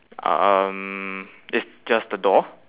um it's just the door